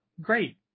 great